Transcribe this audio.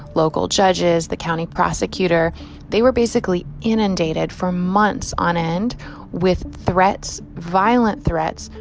local judges, the county prosecutor they were basically inundated for months on end with threats, violent threats,